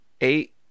eight